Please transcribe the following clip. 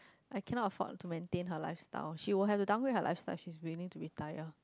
I cannot afford to maintain her lifestyle she will have to downgrade her lifestyle if she's willing to retire